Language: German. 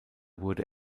wurde